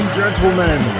gentlemen